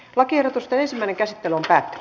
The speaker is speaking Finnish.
lakiehdotusten ensimmäinen käsittely päättyi